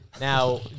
now